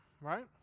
right